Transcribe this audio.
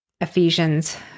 Ephesians